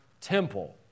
temple